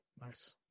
Nice